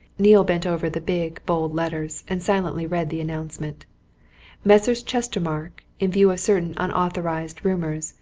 neale bent over the big, bold letters, and silently read the announcement messrs. chestermarke, in view of certain unauthorized rumours,